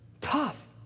Tough